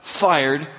fired